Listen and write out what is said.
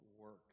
work